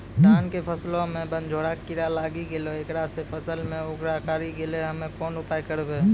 धान के फसलो मे बनझोरा कीड़ा लागी गैलै ऐकरा से फसल मे उखरा लागी गैलै हम्मे कोन उपाय करबै?